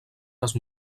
les